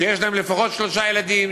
שיש להן לפחות שלושה ילדים,